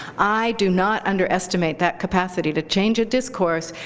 i do not underestimate that capacity to change a discourse.